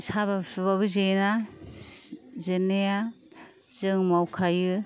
साबा सुबाबो जेना जेननाया जों मावखायो